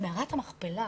מערת המכפלה,